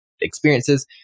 experiences